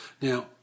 Now